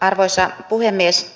arvoisa puhemies